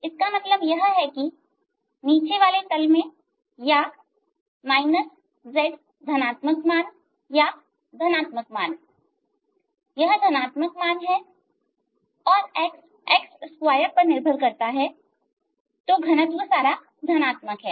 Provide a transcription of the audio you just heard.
इसका मतलब यह है कि नीचे वाले तल में या z धनात्मक मान या धनात्मक मान यह धनात्मक मान है और x x2 पर निर्भर करता है तो घनत्व सारा धनात्मक है